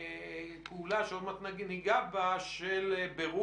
יש כמעט זהות בין מספר